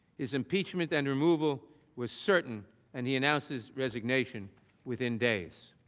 is impeachment and removal was certain and he announced his resignation within days.